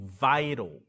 vital